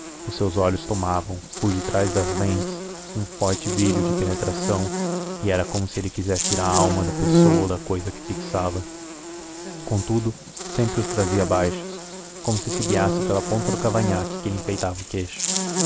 os seus olhos tomavam por detrás das lentes um forte brilho de penetração e era como se ele quisesse ir à alma da pessoa ou da cousa que fixava contudo sempre os trazia baixos como se se guiasse pela ponta do cavanhaque que lhe enfeitava o queixo